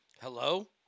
Hello